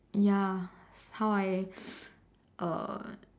ya how I uh